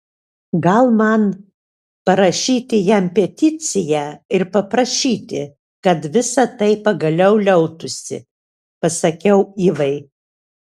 gal man parašyti jam peticiją ir paprašyti kad visa tai pagaliau liautųsi pasakiau ivai